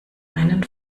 meinen